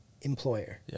employer